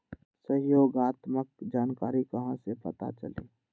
सहयोगात्मक जानकारी कहा से पता चली?